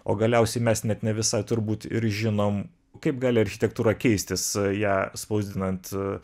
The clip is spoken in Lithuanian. o galiausiai mes net ne visai turbūt ir žinom kaip gali architektūra keistis ją spausdinant